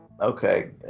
okay